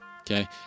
Okay